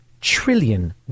trillion